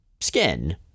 skin